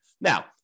Now